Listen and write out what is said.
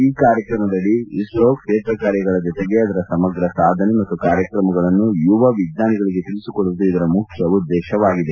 ಈ ಕಾರ್ಯಕ್ರಮದಡಿ ಇಸ್ತೊ ಕ್ಷೇತ್ರ ಕಾರ್ಯಗಳ ಜತೆಗೆ ಅದರ ಸಮಗ್ರ ಸಾಧನೆ ಮತ್ತು ಕಾರ್ಯಕ್ರಮಗಳನ್ನು ಯುವ ವಿಜ್ಞಾನಿಗಳಿಗೆ ತಿಳಿಸಿಕೊಡುವುದು ಇದರ ಮುಖ್ಯ ಉದ್ದೇಶವಾಗಿದೆ